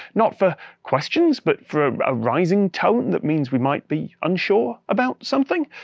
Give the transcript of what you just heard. not for questions? but for a rising tone? that means we might be unsure about something?